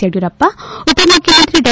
ಯಡಿಯೂರಪ್ಪ ಉಪಮುಖ್ಯಮಂತ್ರಿ ಡಾ